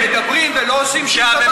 כשמדברים ולא עושים שום דבר,